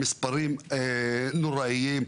המספרים נוראיים.